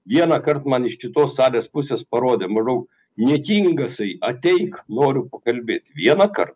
vienąkart man iš kitos salės pusės parodė maždaug niekingasai ateik noriu pakalbėt vienąkar